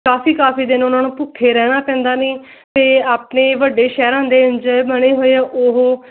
ਕਾਫੀ ਕਾਫੀ ਦਿਨ ਉਹਨਾਂ ਨੂੰ ਭੁੱਖੇ ਰਹਿਣਾ ਪੈਂਦਾ ਨਹੀਂ ਅਤੇ ਆਪਣੇ ਵੱਡੇ ਸ਼ਹਿਰਾਂ ਦੇ ਇੰਝ ਬਣੇ ਹੋਏ ਆ ਉਹ